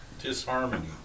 Disharmony